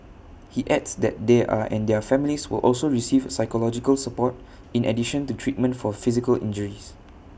he adds that they are and their families will also receive psychological support in addition to treatment for physical injuries